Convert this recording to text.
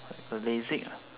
the lasik